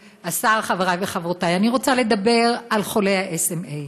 השר, חבריי חברותיי, אני רוצה לדבר על חולי ה-SMA.